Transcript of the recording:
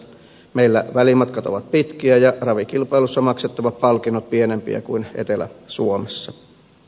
meillä välimatkat ovat pitkiä ja ravikilpailussa maksettavat palkinnot pienempiä kuin etelä suomessa